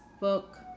book